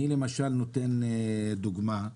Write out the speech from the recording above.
לדוגמה,